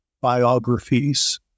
biographies